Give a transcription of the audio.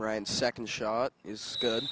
right and second shot is good